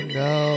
no